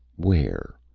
where?